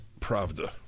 Pravda